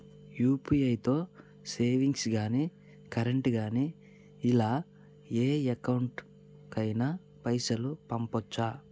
UPI తో savings గాని current గాని ఇలా ఏ అకౌంట్ కైనా పైసల్ పంపొచ్చా?